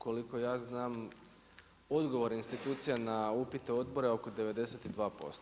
Koliko ja znam, odgovor institucije na upite odbora oko 92%